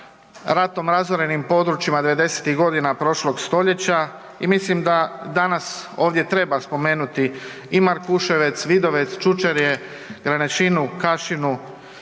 ratom razorenim područjima 90-ih godina prošlog stoljeća i mislim da danas ovdje treba spomenuti i Markuševec, Vidovec, Čučerje, Granešinu, Kašinu,